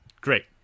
great